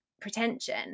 pretension